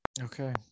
Okay